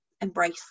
embrace